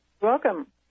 welcome